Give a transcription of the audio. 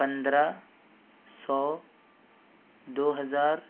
پندرہ سو دو ہزار